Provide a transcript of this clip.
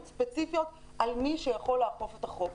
ספציפית על מי שיכול לאכוף את החוק.